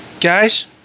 Guys